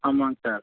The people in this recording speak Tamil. ஆமாம் சார்